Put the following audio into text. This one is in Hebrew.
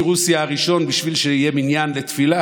רוסיה הראשון כדי שיהיה מניין לתפילה,